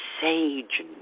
sage